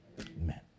Amen